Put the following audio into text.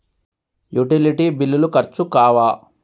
Utility బిల్లులు ఖర్చు కావా?